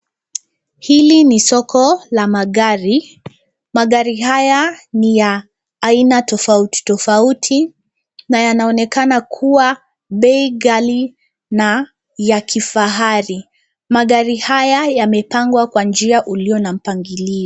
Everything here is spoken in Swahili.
Hili ni soko la maagri. Magari haya ni ya aina tofautitofauti na yanaonekana kuwa bei ghali na ya kifahari. Magari yamepangwa kwa njia ulio na mpangilio.